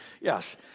Yes